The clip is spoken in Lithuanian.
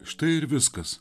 štai ir viskas